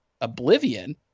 Oblivion